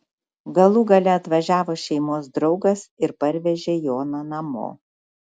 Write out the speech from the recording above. galų gale atvažiavo šeimos draugas ir parvežė joną namo